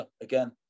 again